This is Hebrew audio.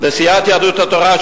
לסיעת יהדות התורה,